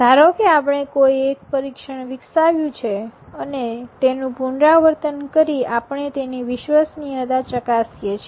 ધારોકે આપણે કોઈ એક પરીક્ષણ વિકસાવ્યું છે અને તેનું પુનરાવર્તન કરી આપણે તેની વિશ્વસનીયતા ચકાસીએ છીએ